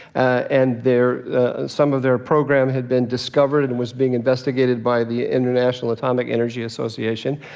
ah and their ah some of their program had been discovered and was being investigated by the international atomic energy association.